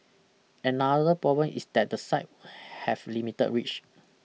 another problem is that the site have limited reach